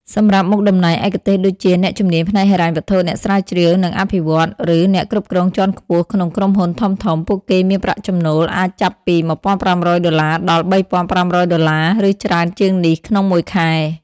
សម្រាប់មុខតំណែងឯកទេសដូចជា អ្នកជំនាញផ្នែកហិរញ្ញវត្ថុ អ្នកស្រាវជ្រាវ និងអភិវឌ្ឍន៍ ឬអ្នកគ្រប់គ្រងជាន់ខ្ពស់ក្នុងក្រុមហ៊ុនធំៗ ពួកគេមានប្រាក់ចំណូលអាចចាប់ពី ១,៥០០ ដុល្លារ ដល់ ៣,៥០០ ដុល្លារ ឬច្រើនជាងនេះ ក្នុងមួយខែ។